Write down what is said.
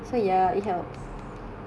light candle pon boleh